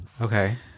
Okay